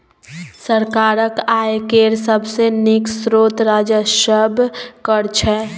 सरकारक आय केर सबसे नीक स्रोत राजस्व कर छै